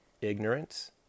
ignorance